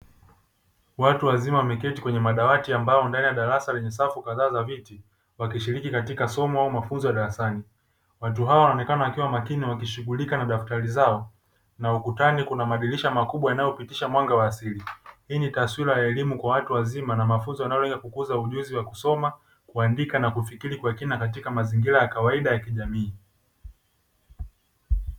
Watu wazima wameketi kwenye madawati ndani ya darasa lenye safu kadhaa za viti, wakishiriki katika somo au mafunzo ya darasani; watu hao wanaonekana wakiwa makini wakishughulika na madaftari yao, huku ukutani kuna madirisha makubwa yanayopitisha mwanga wa asili; hii ni taswira ya elimu ya watu wazima na mafunzo yanayolenga kukuza ujuzi wa kusoma, kuandika, na kufikiri kwa kina katika mazingira ya kawaida ya kijamii.